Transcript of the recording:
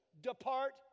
Depart